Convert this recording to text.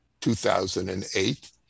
2008